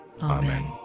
Amen